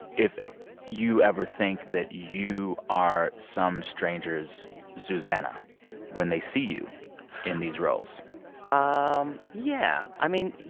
if you ever think that you are some stranger's zuzanna when they see you in these roles um yeah. i mean,